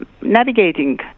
navigating